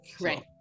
Right